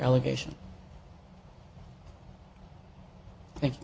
allegation thank